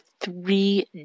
three